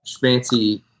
fancy